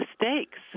mistakes